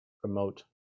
promote